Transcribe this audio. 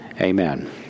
Amen